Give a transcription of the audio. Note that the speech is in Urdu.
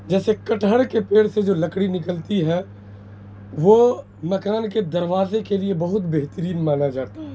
جیسے کٹہر کے پیڑ سے جو لکڑی نکلتی ہے وہ مکان کے دروازے کے لیے بہت بہترین مانا جاتا ہے